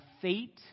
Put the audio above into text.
fate